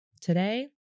Today